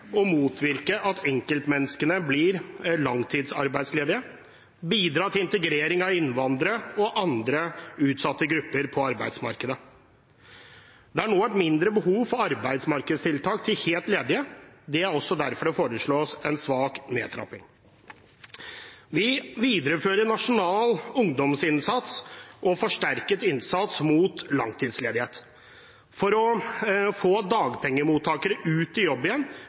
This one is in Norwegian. motvirke at enkeltmennesker blir langtidsarbeidsledige, og det bidrar til integrering av innvandrere og andre utsatte grupper inn på arbeidsmarkedet. Det er nå et mindre behov for arbeidsmarkedstiltak til helt ledige. Det er også derfor det foreslås en svak nedtrapping. Vi viderefører nasjonal ungdomsinnsats og forsterket innsats mot langtidsledighet. For å få dagpengemottakere ut i jobb igjen